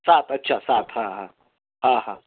सात अच्छा सात हां हां हां हां